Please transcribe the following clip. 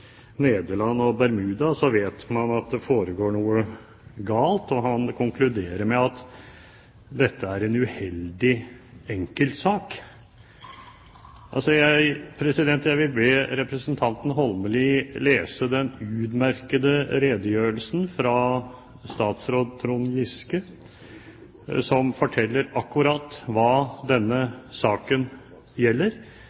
Nederland og Bermuda, vet man at det foregår noe galt. Han konkluderer med at dette er en uheldig enkeltsak. Jeg vil be representanten Holmelid lese den utmerkede redegjørelsen fra statsråd Trond Giske, som forteller akkurat hva